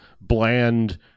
bland